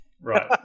Right